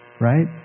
right